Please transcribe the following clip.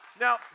now